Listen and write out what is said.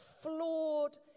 flawed